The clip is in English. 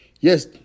Yes